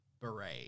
beret